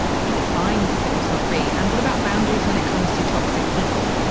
i think it's fine to set yourself free. and what about boundaries when it comes to toxic people?